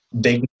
big